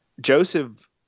Joseph